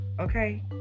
okay